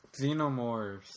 Xenomorphs